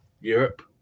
Europe